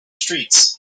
streets